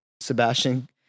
Sebastian